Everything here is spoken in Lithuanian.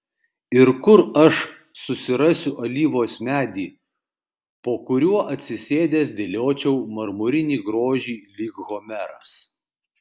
ir kur aš susirasiu alyvos medį po kuriuo atsisėdęs dėliočiau marmurinį grožį lyg homeras